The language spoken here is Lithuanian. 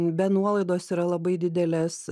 be nuolaidos yra labai didelės